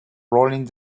rolling